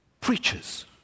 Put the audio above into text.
preachers